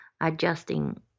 adjusting